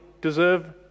deserve